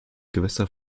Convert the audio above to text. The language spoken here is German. gewässer